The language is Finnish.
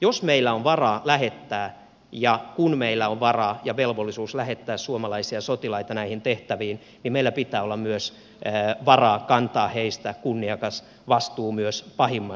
jos meillä on varaa lähettää ja kun meillä on varaa ja velvollisuus lähettää suomalaisia sotilaita näihin tehtäviin niin meillä pitää olla myös varaa kantaa heistä kunniakas vastuu myös pahimman sattuessa